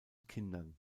kindern